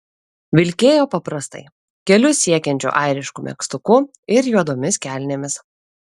vilkėjo paprastai kelius siekiančiu airišku megztuku ir juodomis kelnėmis